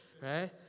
right